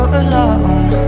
alone